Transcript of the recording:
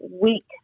week